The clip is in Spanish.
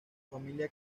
familia